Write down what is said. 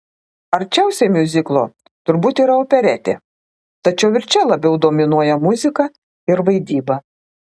arčiausiai miuziklo turbūt yra operetė tačiau ir čia labiau dominuoja muzika ir vaidyba